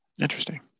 Interesting